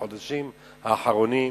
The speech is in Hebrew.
בחודשים האחרונים.